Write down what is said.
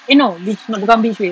eh no bukan beach wave